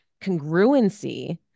congruency